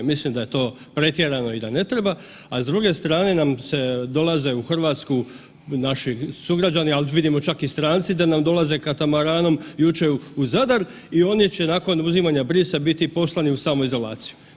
Mislim da je to pretjerano i da ne treba, a s druge strane nam se dolaze u RH naši sugrađani, al vidimo čak i stranci da nam dolaze katamaranom jučer u Zadar i oni će nakon uzimanja brisa biti poslani u samoizolaciju.